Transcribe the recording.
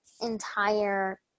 entire